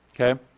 Okay